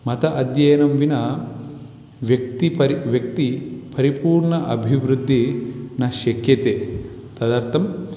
मतम् अध्ययनं विना व्यक्तिः परिप् व्यक्तिः परिपूर्णम् अभिवृद्धिः न शक्यते तदर्थम्